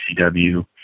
ECW